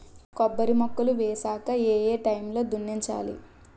కొబ్బరి మొక్కలు వేసాక ఏ ఏ టైమ్ లో దున్నించాలి?